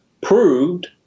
proved